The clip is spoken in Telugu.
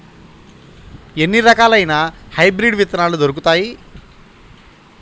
ఎన్ని రకాలయిన హైబ్రిడ్ విత్తనాలు దొరుకుతాయి?